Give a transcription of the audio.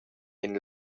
ein